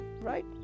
right